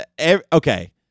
Okay